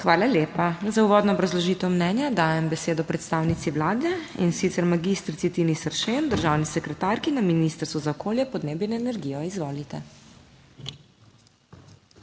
Hvala lepa. Za uvodno obrazložitev mnenja dajem besedo predstavnici Vlade, in sicer magistrici Tini Seršen, državni sekretarki na Ministrstvu za okolje, podnebno energijo, izvolite.